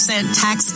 tax